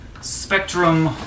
spectrum